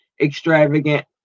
extravagant